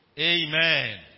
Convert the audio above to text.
Amen